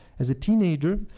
as a teenager,